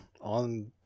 on